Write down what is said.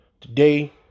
today